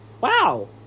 Wow